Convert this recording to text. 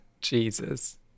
Jesus